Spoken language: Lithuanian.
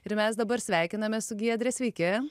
ir mes dabar sveikinamės su giedre sveiki